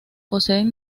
poseen